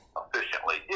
efficiently